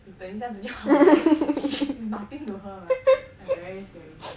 你等一下自己就好 its nothing to her like very scary